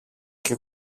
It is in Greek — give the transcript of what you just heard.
και